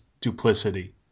duplicity